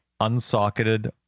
unsocketed